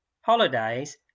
Holidays